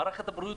מערכת הבריאות,